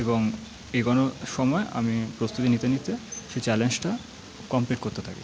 এবং এগোনোর সময় আমি প্রস্তুতি নিতে নিতে সেই চ্যালেঞ্জটা কমপ্লিট করতে থাকি